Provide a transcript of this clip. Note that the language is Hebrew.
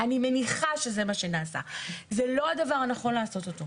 מדוע לא אישרתם לנו והחוק מתיר.